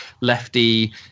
lefty